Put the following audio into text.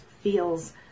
feels